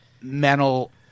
mental